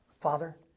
Father